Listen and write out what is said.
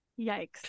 Yikes